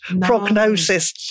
prognosis